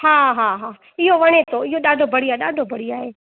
हा हा हा इहो वणे थो इहो ॾाढो बढ़िया ॾाढो बढ़िया आहे